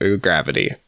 gravity